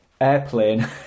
airplane